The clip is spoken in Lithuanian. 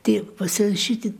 tik pasirašyti